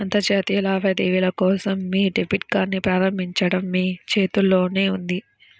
అంతర్జాతీయ లావాదేవీల కోసం మీ డెబిట్ కార్డ్ని ప్రారంభించడం మీ చేతుల్లోనే ఉంది